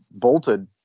bolted